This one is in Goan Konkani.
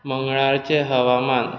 मंगळारचें हवामान